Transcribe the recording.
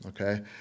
okay